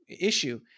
issue